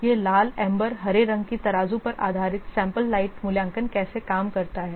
यह लाल एम्बर हरे रंग की तराजू पर आधारित सैंपल लाइट मूल्यांकन कैसे काम करता है